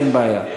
אין בעיה.